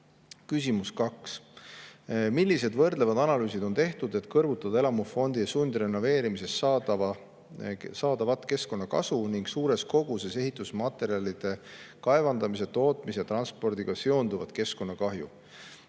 Küsimus number kaks: "Millised võrdlevad analüüsid on tehtud, et kõrvutada elamufondi sundrenoveerimisest saadavat keskkonnakasu ning suures koguses ehitusmaterjalide kaevandamise, tootmise ja transpordiga seonduvad keskkonnakahju?"